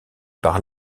par